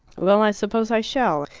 well, i suppose i shall.